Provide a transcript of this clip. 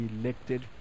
elected